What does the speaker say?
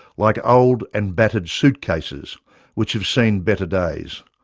like old and battered suitcases which have seen better days.